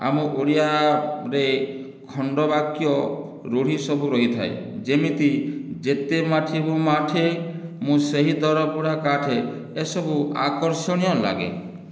ଆମ ଓଡ଼ିଆରେ ଖଣ୍ଡ ବାକ୍ୟ ରୂଢ଼ି ସବୁ ରହିଥାଏ ଯେମିତି ଯେତେ ମାଠିବୁ ମାଠ ମୁଁ ସେହି ଦରପୋଡ଼ା କାଠ ଏସବୁ ଆକର୍ଷଣୀୟ ଲାଗେ